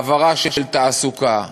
העברה של תעסוקה,